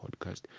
podcast